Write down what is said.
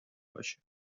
باشه